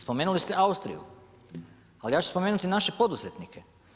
Spomenuli ste Austriju, ali ja ću spomenuti naše poduzetnike.